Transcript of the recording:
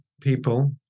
people